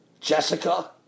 Jessica